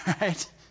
right